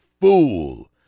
fool